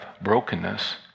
brokenness